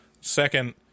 Second